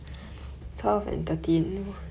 twelve and thirteen is then side by side